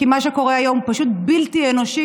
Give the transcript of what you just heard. מה שקורה היום הוא פשוט בלתי אנושי,